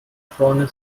vorne